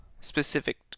specific